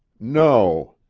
no!